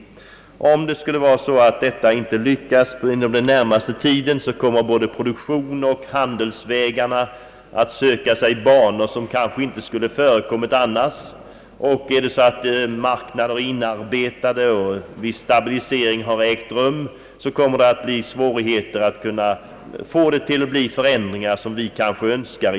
Om detta inte skulle lyckas inom den närmaste tiden kommer kanske både produktionen och handeln att söka sig banor, som man annars inte skulle ha slagit in på. Om vissa marknader väl inarbetats och en stabilisering ägt rum, blir det i en framtid svårt att åstadkomma sådana förändringar som vi kanske då önskar.